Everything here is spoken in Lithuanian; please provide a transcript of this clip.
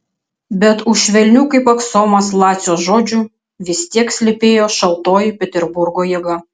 bet už švelnių kaip aksomas lacio žodžių vis tiek slypėjo šaltoji peterburgo jėga